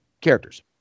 characters